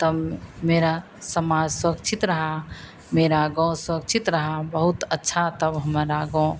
तब मेरा समाज सुरक्षित रहा मेरा गाँव सुरक्षित रहा बहुत अच्छा तब हमारा गाँव